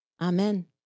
Amen